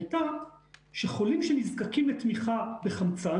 הייתה שחולים שנזקקים לתמיכה בחמצן,